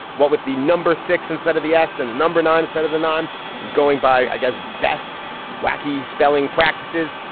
what with the number six instead of the asin number nine instead of the nine going by guy's best wacky spelling practices.